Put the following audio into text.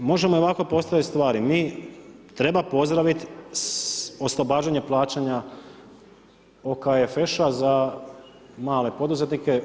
Možemo i ovako postaviti stvari, treba pozdraviti oslobađanje plaćanja OKFŠ-a za male poduzetnike.